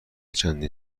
چندین